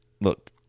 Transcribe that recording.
Look